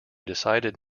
decided